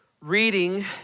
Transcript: reading